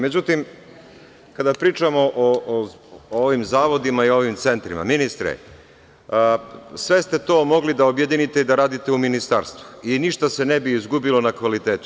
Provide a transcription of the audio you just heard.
Međutim, kada pričamo o ovim zavodima i ovim centrima, ministre, sve ste to mogli da objedinite i da radite u ministarstvu i ništa se ne bi izgubilo na kvalitetu.